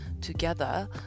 together